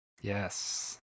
Yes